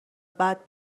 بعد